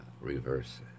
reverse